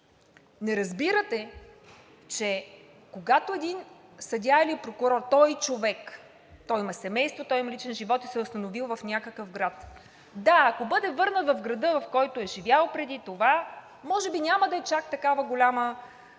не разбирате, че когато един съдия или прокурор, той е и човек, той има семейство, той има личен живот и се е установил в някакъв град. Да, ако бъде върнат в града, в който е живял преди това, може би няма да е чак такава голяма